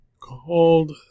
called